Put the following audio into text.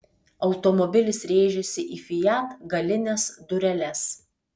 automobilis rėžėsi į fiat galines dureles